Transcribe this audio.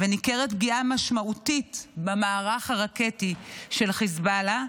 ניכרת פגיעה משמעותית במערך הרקטי של החיזבאללה,